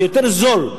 זה יותר זול,